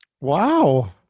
Wow